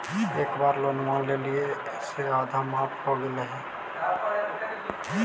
एक बार लोनवा लेलियै से आधा माफ हो गेले हल?